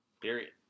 Period